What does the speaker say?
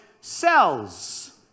cells